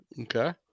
Okay